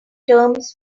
terms